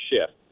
shift